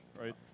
right